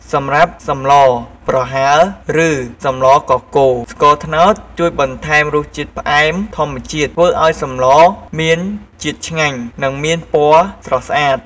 សម្រាប់សម្លប្រហើរឬសម្លកកូរ ស្ករត្នោតជួយបន្ថែមរសជាតិផ្អែមធម្មជាតិ ធ្វើឱ្យសម្លមានជាតិឆ្ងាញ់ និងមានពណ៌ស្រស់ស្អាត។